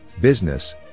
Business